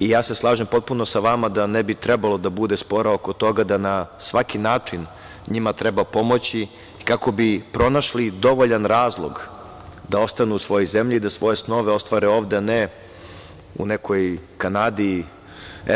Ja se slažem potpuno sa vama da ne bi trebalo da bude spora oko toga da na svaki način njima treba pomoći, kako bi pronašli dovoljan razlog da ostanu u svojoj zemlji i da svoje snove ostvare ovde, a ne u nekoj Kanadi,